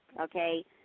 okay